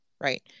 right